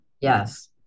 Yes